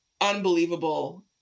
unbelievable